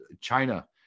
China